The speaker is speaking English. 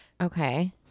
Okay